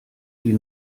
die